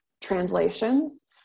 translations